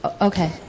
okay